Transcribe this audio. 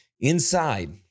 Inside